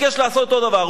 ביקש לעשות אותו דבר.